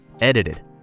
edited